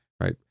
right